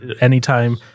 anytime